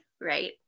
right